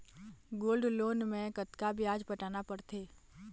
Gold loan मे कतका ब्याज पटाना पड़थे?